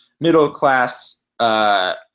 middle-class